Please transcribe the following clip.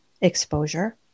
exposure